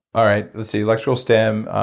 alright, let's see electrical stim,